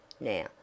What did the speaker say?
now